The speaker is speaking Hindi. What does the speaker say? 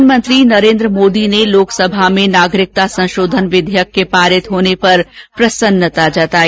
प्रधानमंत्री नरेन्द्र मोदी ने लोकसभा में नागरिकता संशोधन विधेयक के पारित होने पर प्रसन्नता जताई